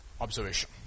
Observation